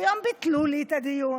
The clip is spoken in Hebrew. היום ביטלו לי את הדיון.